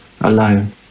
alone